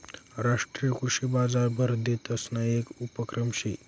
राष्ट्रीय कृषी बजार भारतदेसना येक उपक्रम शे